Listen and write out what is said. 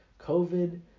COVID